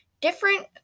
different